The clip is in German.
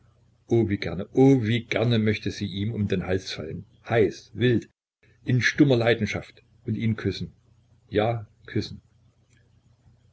oh wie gerne oh wie gerne möchte sie ihm um den hals fallen heiß wild in stummer leidenschaft und ihn küssen ja küssen